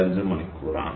5 മണിക്കൂറാണ്